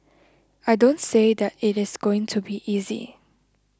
I don't say that it is going to be easy